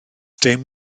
dim